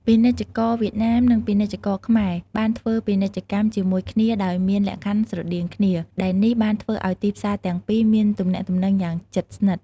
ពាណិជ្ជករវៀតណាមនិងពាណិជ្ជករខ្មែរបានធ្វើពាណិជ្ជកម្មជាមួយគ្នាដោយមានលក្ខណៈស្រដៀងគ្នា ដែលនេះបានធ្វើឱ្យទីផ្សារទាំងពីរមានទំនាក់ទំនងយ៉ាងជិតស្និទ្ធ។